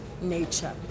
nature